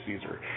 Caesar